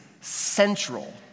central